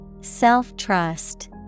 Self-trust